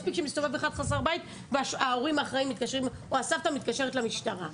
מספיק שמסתובב חסר בית וההורים או הסבתא מתקשרים למשטרה.